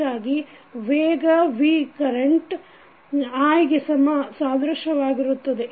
ಹೀಗಾಗಿ ವೇಗ v current i ಗೆ ಸಾದೃಶ್ಯವಾಗಿರುತ್ತದೆ